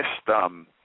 system